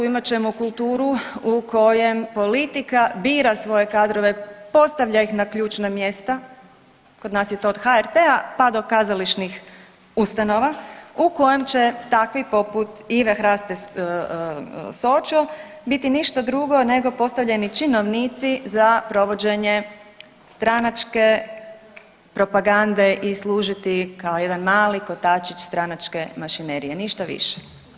Imat ćemo kulturu u kojem politika bira svoje kadrove, postavlja ih na ključna mjesta, kod nas je to od HRT-a pa do kazališnih ustanova, u kojem će takvi poput Ive Hraste Sočo biti ništa drugo biti ništa nego postavljeni činovnici za provođenje stranačke propagande i služiti kao jedan mali kotačić stranačke mašinerije, ništa više.